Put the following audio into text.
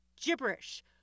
gibberish